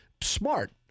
smart